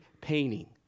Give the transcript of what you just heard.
painting